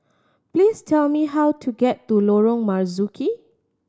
please tell me how to get to Lorong Marzuki